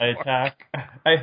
attack